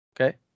Okay